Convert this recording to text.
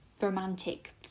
romantic